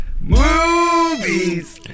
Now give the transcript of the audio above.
Movies